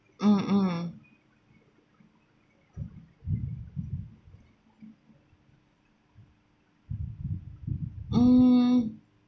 mm mm mm